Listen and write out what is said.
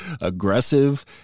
aggressive